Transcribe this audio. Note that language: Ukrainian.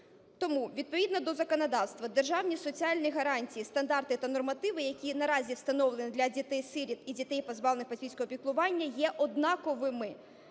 Тому відповідно до законодавства державні соціальні гарантії, стандарти та нормативи, які наразі встановлені для дітей-сиріт і дітей, позбавлених батьківського піклування, є однаковими.